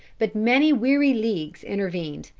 but many weary leagues intervened,